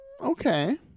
Okay